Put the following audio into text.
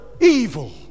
evil